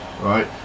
Right